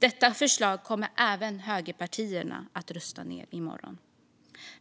Högerpartierna kommer att rösta ned även detta förslag i morgon.